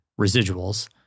residuals